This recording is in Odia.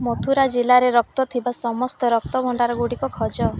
ମଥୁରା ଜିଲ୍ଲାରେ ରକ୍ତ ଥିବା ସମସ୍ତ ରକ୍ତଭଣ୍ଡାର ଗୁଡ଼ିକ ଖୋଜ